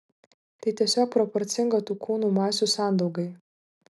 tai tiesiog proporcinga tų kūnų masių sandaugai